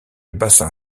bassin